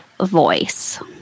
voice